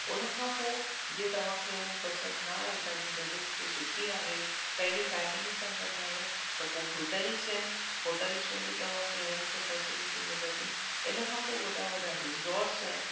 उन खां पोइ जे तव्हां खे हू पसंदि न आहे तव्हां जी बजट जे सुठी आहे पंहिंजी फ़ेमिली सां गॾु आयो त पोइ होटल्स आहिनि होटल्स में बि तव्हां खे हर हिक फ़ेसिलिटी मिलंदी इन खां पोइ वॾा वॾा रिज़ॉर्ट्स आहिनि